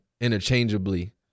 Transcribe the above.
interchangeably